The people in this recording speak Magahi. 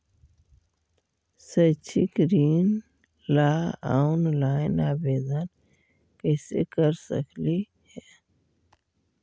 शैक्षिक ऋण ला ऑनलाइन आवेदन कैसे कर सकली हे?